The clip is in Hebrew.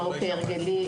לא כהרגלי,